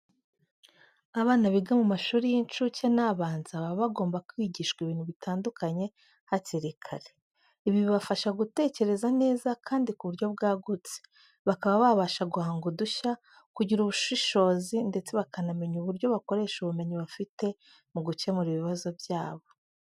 Abana biga mu mashuri y'incuke n'abanza baba bagomba kwigishwa ibintu bitandukanye hakiri kare. Ibi bibafasha gutekereza neza kandi ku buryo bwagutse, bakaba babasha guhanga udushya, kugira ubushishozi ndetse bakanamenya uburyo bakoresha ubumenyi bafite mu gukemura ibibazo byabo.